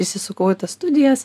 įsisukau į tas studijas